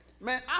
man